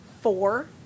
four